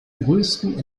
größten